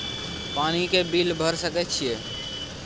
पानी के बिल भर सके छियै?